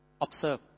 observe